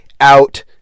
out